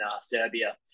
Serbia